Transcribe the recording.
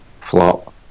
Flop